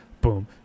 boom